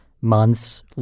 months